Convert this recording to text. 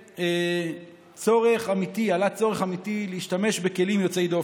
ועלה צורך אמיתי להשתמש בכלים יוצאי דופן.